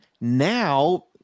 Now